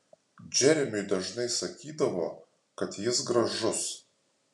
džeremiui dažnai sakydavo kad jis gražus